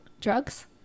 Drugs